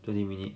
twenty minute